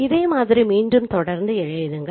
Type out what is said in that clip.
இதே மாதிரி மீண்டும் தொடர்ந்து எழுதுங்கள்